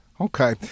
Okay